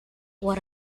what